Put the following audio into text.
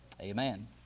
amen